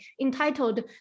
entitled